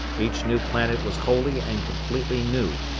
each new planet was wholly and completely new,